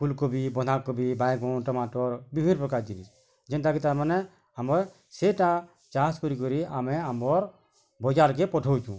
ଫୁଲ କୋବି ବନ୍ଧା କୋବି ବାଇଗଣ ଟମାଟୋର ବିଭିନ୍ନ ପ୍ରକାର ଜିନିଷ ଯେନ୍ତା କି ତା'ର ମାନେ ଆମର୍ ସେଇଟା ଚାଷ୍ କରି କରି ଆମେ ଆମର୍ ବଜାର୍ କେ ପଠଉଛୁ